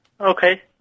Okay